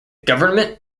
government